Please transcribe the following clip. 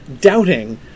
doubting